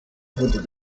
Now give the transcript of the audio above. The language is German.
wurde